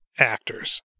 actors